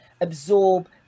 absorb